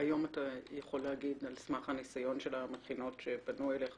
היום אתה יכול להגיד על סמך הניסיון של מכינות שפנו אליך